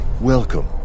Welcome